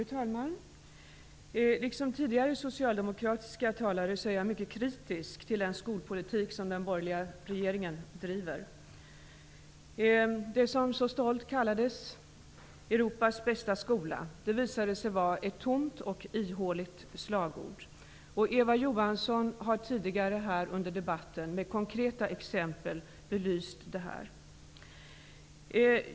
Fru talman! Liksom tidigare socialdemokratiska talare är jag mycket kritisk till den skolpolitik som den borgerliga regeringen driver. Det man så stolt kallade för Europas bästa skola visade sig vara ett tomt och ihåligt slagord. Eva Johansson har här i debatten tidigare belyst detta med konkreta exempel.